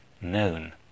known